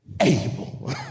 able